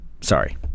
Sorry